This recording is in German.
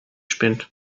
spinnt